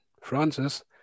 Francis